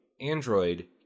Android